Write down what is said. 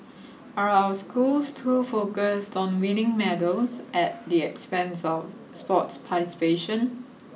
are our schools too focused on winning medals at the expense of sports participation